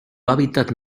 hábitat